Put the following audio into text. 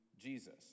Jesus